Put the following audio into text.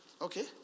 okay